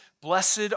Blessed